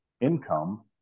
income